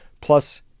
plus